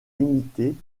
limitée